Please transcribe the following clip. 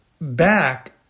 back